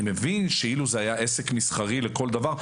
אני מבין שאילו זה היה עסק מסחרי לכל דבר,